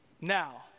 Now